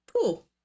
cool